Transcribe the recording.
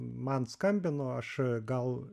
man skambino aš gal